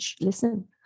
listen